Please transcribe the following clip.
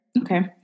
Okay